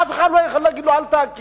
אף אחד לא יוכל להגיד לו לא להקים.